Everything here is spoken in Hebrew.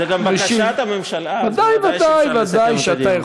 זו גם בקשת הממשלה, אז ודאי שאפשר לסכם את הדיון.